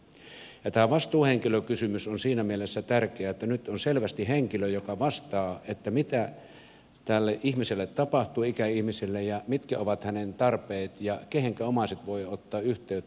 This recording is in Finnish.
tämä vastuuhenkilökysymys on siinä mielessä tärkeä että nyt on selvästi henkilö joka vastaa siitä mitä tälle ihmiselle tapahtuu ikäihmiselle ja mitkä ovat hänen tarpeensa ja kehenkä omaiset voivat ottaa yhteyttä